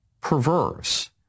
perverse